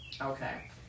Okay